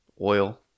oil